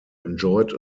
enjoyed